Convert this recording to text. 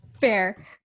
Fair